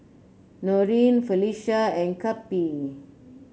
Norene Felisha and Cappie